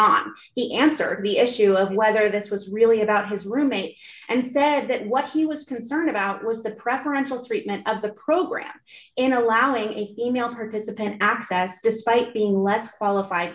on he answered the issue of whether this was really about his roommate and said that what he was concerned about was the preferential treatment of the program in allowing a female participate access despite being less qualified